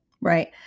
right